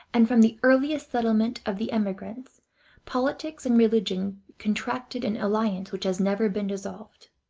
and from the earliest settlement of the emigrants politics and religion contracted an alliance which has never been dissolved.